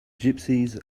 gypsies